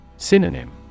Synonym